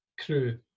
crew